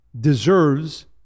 deserves